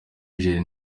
niger